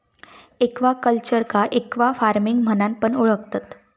एक्वाकल्चरका एक्वाफार्मिंग म्हणान पण ओळखतत